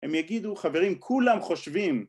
הם יגידו חברים כולם חושבים